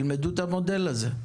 תלמדו את המודל הזה.